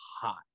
hot